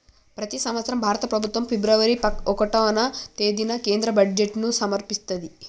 ప్రతి సంవత్సరం భారత ప్రభుత్వం ఫిబ్రవరి ఒకటవ తేదీన కేంద్ర బడ్జెట్ను సమర్పిత్తది